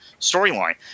storyline